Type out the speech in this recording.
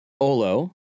Olo